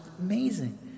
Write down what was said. amazing